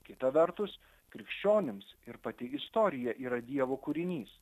kita vertus krikščionims ir pati istorija yra dievo kūrinys